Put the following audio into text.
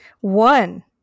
One